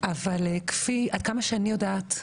אבל עד כמה שאני יודעת,